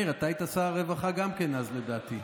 מאיר, אתה היית שר הרווחה גם אז, לדעתי.